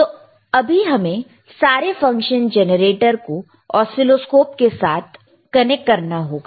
तो अभी हमें हमारे फंक्शन जेनरेटर को ऑसीलोस्कोप के साथ कनेक्ट करना होगा